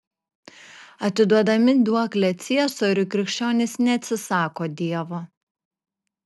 atiduodami duoklę ciesoriui krikščionys neatsisako dievo